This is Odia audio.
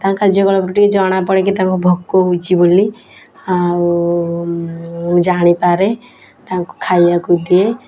ତାଙ୍କ କାର୍ଯ୍ୟକଳାପରୁ ଟିକିଏ ଜଣାପଡ଼େ କି ତାଙ୍କୁ ଭୋକ ହେଉଛି ବୋଲି ଆଉ ମୁଁ ଜାଣିପାରେ ତାଙ୍କୁ ଖାଇବାକୁ ଦିଏ